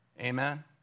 Amen